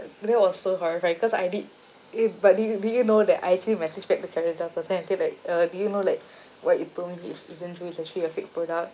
that was so horrifying cause I did it but did you did you know that I actually messaged back the Carousell person and say like uh did you know like what you told me is isn't true it's actually a fake product